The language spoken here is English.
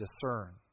discern